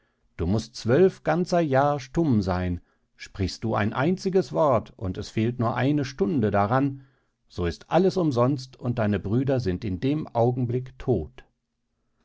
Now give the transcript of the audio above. du mußt zwölf ganzer jahr stumm seyn sprichst du ein einziges wort und es fehlt nur eine stunde daran so ist alles umsonst und deine brüder sind in dem augenblick todt